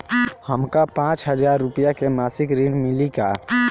हमका पांच हज़ार रूपया के मासिक ऋण मिली का?